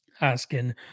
asking